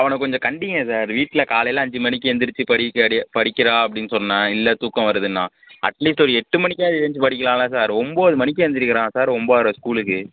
அவனை கொஞ்சம் கண்டீங்க சார் வீட்டில் காலையில அஞ்சு மணிக்கு எந்திரிச்சி படிக் படிக்கிறான் அப்படினு சொன்ன இல்லை தூக்கம் வருதுன்னா அட்லீஸ்ட் ஒரு எட்டு மணிக்காவது எந்திரிச்சி படிக்கலாம்ல சார் ஒம்பது மணிக்கு எந்திரிக்கிறான் சார் ஒம்பதர ஸ்கூலுக்கு